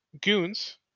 goons